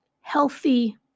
healthy